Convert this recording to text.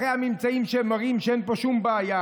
אחרי הממצאים שמראים שאין פה שום בעיה.